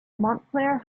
montclair